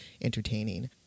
entertaining